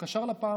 הוא קשר לה פעמון.